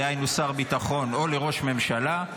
דהיינו שר ביטחון או ראש ממשלה,